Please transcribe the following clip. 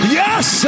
yes